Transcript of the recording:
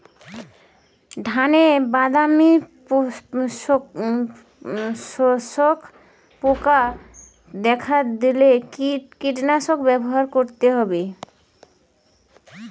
ধানে বাদামি শোষক পোকা দেখা দিলে কি কীটনাশক ব্যবহার করতে হবে?